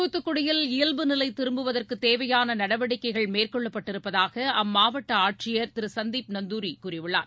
தூத்துக்குடியில் இயல்பு நிலை திரும்புவதற்கு தேவையான நடவடிக்கைகள் மேற்கொள்ளப்பட்டு இருப்பதாக அம்மாவட்ட ஆட்சியர் திரு சந்தீப் நந்துாரி கூறியுள்ளார்